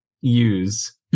use